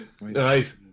right